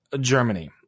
Germany